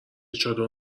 چادر